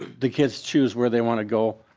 the kids choose where they want to go.